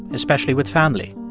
especially with family.